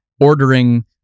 ordering